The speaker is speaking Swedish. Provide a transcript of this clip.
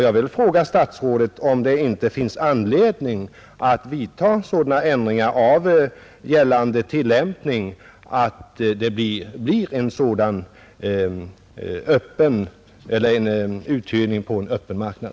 Jag vill fråga statsrådet om det inte finns anledning att vidta sådana ändringar i fråga om tillämpningen att uthyrning alltid sker på en öppen marknad.